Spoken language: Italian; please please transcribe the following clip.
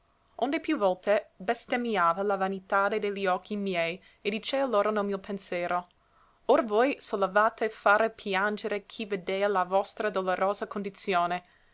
onde più volte bestemmiava la vanitade de li occhi miei e dicea loro nel mio pensero or voi solavate fare piangere chi vedea la vostra dolorosa condizione